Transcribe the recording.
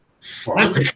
Fuck